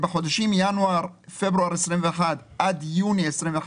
בחודשים ינואר-פברואר 2021 עד יוני 2021,